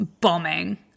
bombing